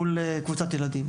מול קבוצת ילדים.